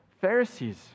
Pharisees